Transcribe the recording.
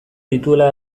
dituela